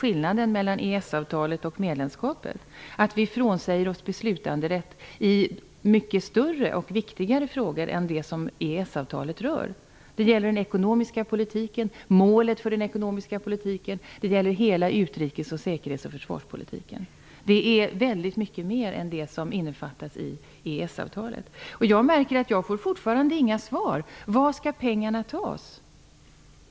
Skillnaden mellan EES-avtalet och ett medlemskap är alltså att vi frånsäger oss beslutanderätten i mycket större och viktigare frågor än vad EES avtalet rör. Det gäller då den ekonomiska politiken, målet för den ekonomiska politiken samt hela utrikes-, säkerhets och försvarspolitiken. Detta är väldigt mycket mera än det som innefattas i EES-avtalet. Jag har ännu inte fått några svar. Var skall alltså pengarna tas?